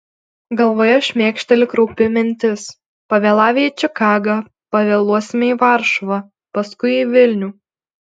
galvoje šmėkšteli kraupi mintis pavėlavę į čikagą pavėluosime į varšuvą paskui į vilnių